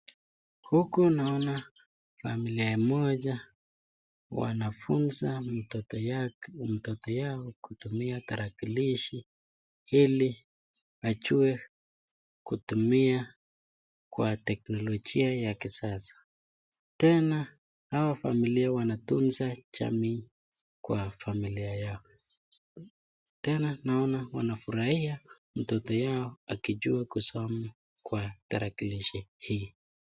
Huku naona familia moja wanafunza mtoto yao kutumia tarakilishi ili ajue kutumia kwa teknolojia ya kisasa ,tena hao familia wanatunza jamii kwa familia yao ,tena naona wanafurahia mtoto yao akijua kusoma kwa tarakilishi hii.